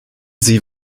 sie